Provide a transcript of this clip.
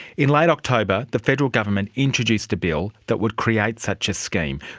in late october, the federal government introduced a bill that would create such a scheme,